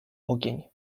ogień